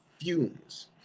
fumes